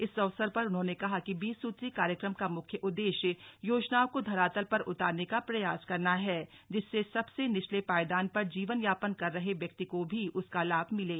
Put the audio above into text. इस अवसर पर उन्होंने कहा कि बीस सूत्री कार्यक्रम का मुख्य उद्देश्य योजनाओं को धरातल पर उतारने का प्रयास करना है जिससे सबसे निचले पायदान पर जीवन यापन कर रहे व्यक्ति को भी उसका लाभ मिले